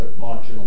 marginal